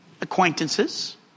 acquaintances